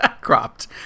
Cropped